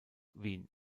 wien